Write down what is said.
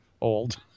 old